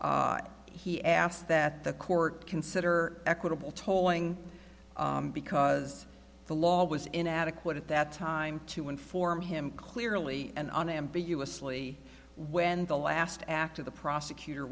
he asked that the court consider equitable tolling because the law was inadequate at that time to inform him clearly and unambiguously when the last act of the prosecutor